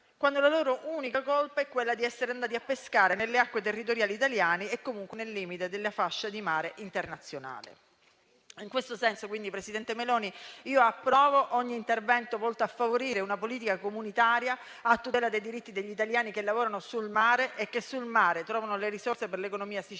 quando la loro unica colpa è quella di essere andati a pescare nelle acque territoriali italiane e comunque nel limite della fascia di mare internazionale. In questo, signora presidente del Consiglio Meloni, approvo ogni intervento volto a favorire una politica comunitaria a tutela dei diritti degli italiani che lavorano sul mare e che sul mare trovano le risorse per l'economia siciliana